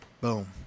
Boom